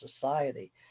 society